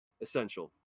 essential